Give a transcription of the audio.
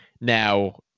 Now